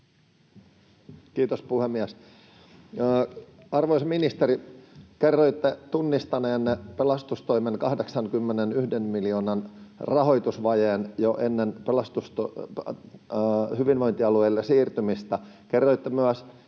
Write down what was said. Kiitos, puhemies! Arvoisa ministeri, kerroitte tunnistaneenne pelastustoimen 81 miljoonan rahoitusvajeen jo ennen hyvinvointialueille siirtymistä.